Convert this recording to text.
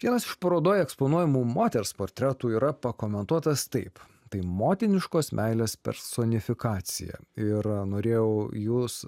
vienas iš parodoje eksponuojamų moters portretų yra pakomentuotas taip tai motiniškos meilės personifikacija ir norėjau jos